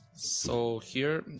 so here,